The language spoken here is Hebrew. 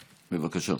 בבקשה.